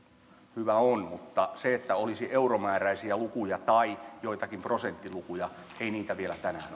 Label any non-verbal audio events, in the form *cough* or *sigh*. hyvä on mutta se että olisi euromääräisiä lukuja tai joitakin prosenttilukuja ei niitä vielä tänään *unintelligible*